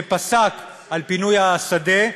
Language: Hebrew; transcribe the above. שפסק על פינוי השדה,